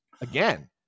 again